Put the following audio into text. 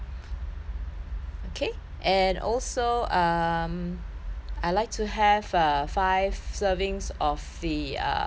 okay and also um I'd like to have uh five servings of the err coke